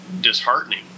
disheartening